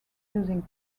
using